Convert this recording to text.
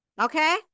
Okay